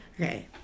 Okay